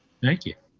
thank you?